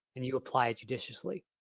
and you apply judiciously.